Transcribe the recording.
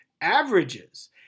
averages